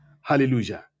Hallelujah